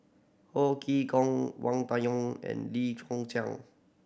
Ho Chee Kong Wang Dayuan and Lim Chwee Chian